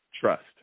Trust